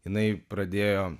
jinai pradėjo